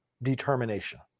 determination